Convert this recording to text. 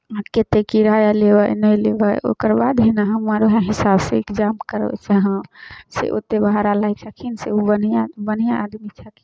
कतेक किराया लेबै नहि लेबै ओकर बाद ही ने हम आर उएह हिसाबसँ इन्तजाम करबै से हँ से ओतेक भाड़ा लै छथिन से ओ बढ़िआँ बढ़िआँ आदमी छथिन